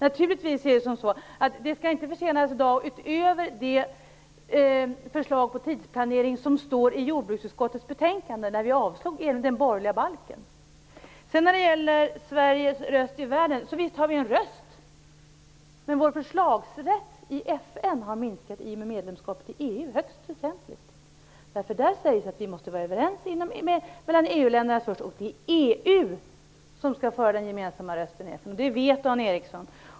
Naturligtvis är det så att det inte skall försenas en dag utöver det förslag till tidsplanering som stod i jordbruksutskottets betänkande där vi avslog den borgerliga miljöbalken. Sedan när det gäller det här med Sveriges röst i världen, vill jag säga att visst har vi en röst. Men vår förslagsrätt i FN har minskat högst väsentligt i och med medlemskapet i EU. Vi måste vara överens mellan EU-länderna, och det är EU som skall vara den gemensamma rösten i FN. Det vet Dan Ericsson.